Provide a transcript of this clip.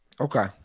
Okay